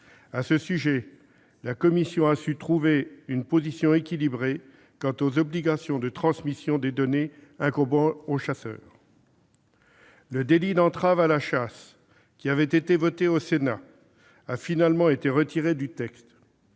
À ce sujet, la commission a su trouver une position équilibrée quant aux obligations de transmission de données incombant aux chasseurs. Le délit d'entrave à la chasse, qui avait été voté au Sénat, a finalement été retiré du texte.